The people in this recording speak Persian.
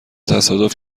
تصادف